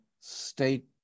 state